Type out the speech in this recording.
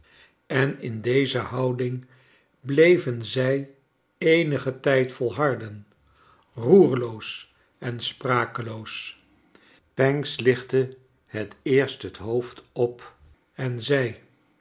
en in deze houding bleven zij eenigen tijd volharden roerloos en sprakeloos pancks lichtte het eerst het hoofd op en zei